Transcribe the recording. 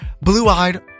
blue-eyed